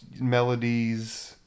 melodies